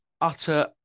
utter